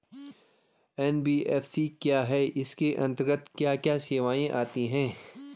NBFC क्या है इसके अंतर्गत क्या क्या सेवाएँ आती हैं?